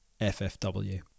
FFW